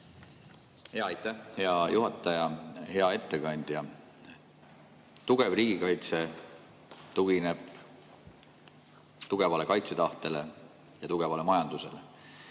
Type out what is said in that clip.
Aitäh, hea juhataja! Hea ettekandja! Tugev riigikaitse tugineb tugevale kaitsetahtele ja tugevale majandusele.